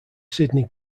sidney